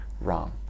wrong